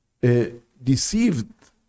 deceived